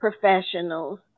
professionals